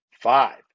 Five